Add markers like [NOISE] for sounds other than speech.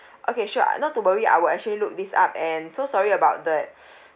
okay sure uh not to worry I will actually look this up and so sorry about that of the [BREATH]